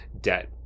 debt